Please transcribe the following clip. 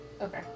Okay